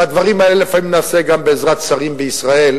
והדברים האלה לפעמים נעשים גם בעזרת שרים בישראל,